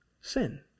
sin